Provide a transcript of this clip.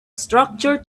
structure